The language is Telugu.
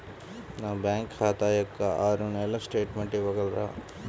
నా బ్యాంకు ఖాతా యొక్క ఆరు నెలల స్టేట్మెంట్ ఇవ్వగలరా?